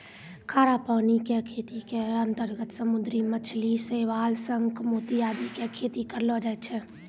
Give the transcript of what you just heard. खारा पानी के खेती के अंतर्गत समुद्री मछली, शैवाल, शंख, मोती आदि के खेती करलो जाय छै